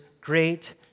great